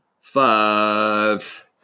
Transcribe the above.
five